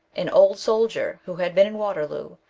an old soldier, who had been in waterloo,